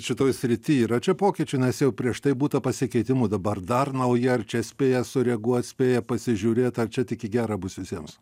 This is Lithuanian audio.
šitoj srity yra čia pokyčių nes jau prieš tai būta pasikeitimų dabar dar nauja ar čia spėja sureaguot spėja pasižiūrėt ar čia tik į gera bus visiems